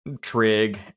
Trig